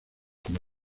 como